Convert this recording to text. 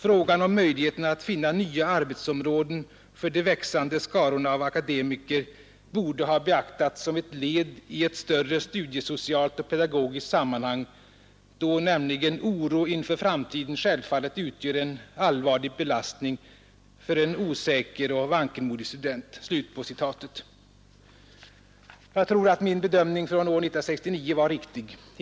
Frågan om möjligheterna att finna nya arbetsområden för de växande skarorna av akademiker borde ha beaktats som ett led i ett större studiesocialt och pedagogiskt sammanhang, då nämligen oro inför framtiden självfallet utgör en allvarlig belastning för en osäker och vankelmodig student.” Jag tror att min bedömning 1969 var riktig.